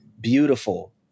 beautiful